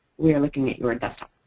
we are looking at your desktop.